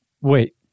wait